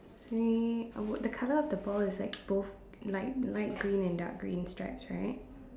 three uh the colour of the ball is like both light light green and dark green stripes right